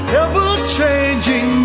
ever-changing